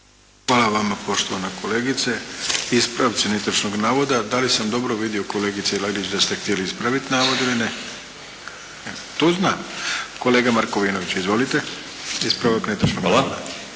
Hvala vama poštovana kolegice. Ispravci netočnog navoda. Da li sam dobro vidio kolegice Lalić da ste htjeli ispraviti navod ili ne? To znam. Kolega Markovinović. Izvolite. Ispravak netočnog navoda.